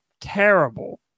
terrible